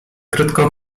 krótką